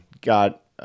got